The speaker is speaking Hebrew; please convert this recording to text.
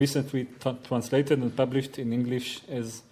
לאחרונה תורגם ופורסם באנגלית‫